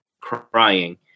crying